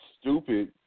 stupid